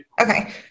Okay